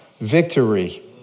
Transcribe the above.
victory